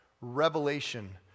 revelation